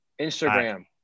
Instagram